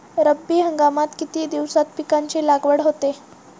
रब्बी हंगामात किती दिवसांत पिकांची लागवड होते?